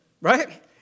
right